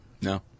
No